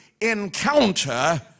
encounter